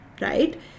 Right